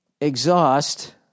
exhaust